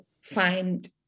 find